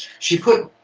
she put.